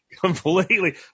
completely